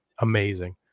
amazing